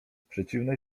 przeciwnej